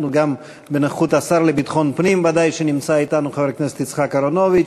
בנוכחות השר לביטחון פנים חבר הכנסת השר אהרונוביץ